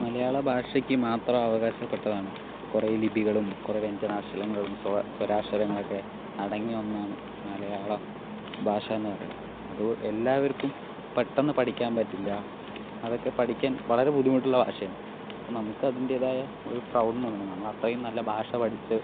മലയാള ഭാഷയ്ക്ക് മാത്രം അവകാശപ്പെട്ടതാണ് കുറേ ലിപികളും കുറേ വ്യഞ്ജനാക്ഷരങ്ങളും സ്വരാക്ഷരങ്ങളൊക്കെ അടങ്ങിയ ഒന്നാണ് മലയാള ഭാഷയെന്ന് പറയണത് അത് എല്ലാവർക്കും പെട്ടെന്ന് പഠിക്കാൻ പറ്റില്ല അതൊക്കെ പഠിക്കാൻ വളരെ ബുദ്ധിമുട്ടുള്ള ഭാഷയാണ് അപ്പോൾ നമുക്കതിന്റേതായ ഒരു പ്രൗഡ് മൊമെന്റാണ് നമ്മളത്രയും നല്ല ഭാഷ പഠിച്ച്